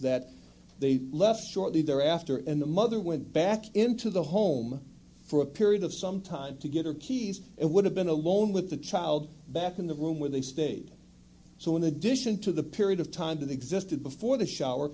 that they left shortly thereafter and the mother went back into the home for a period of some time to get her keys it would have been alone with the child back in the room where they stayed so in addition to the period of time that existed before the shower